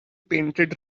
painted